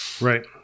Right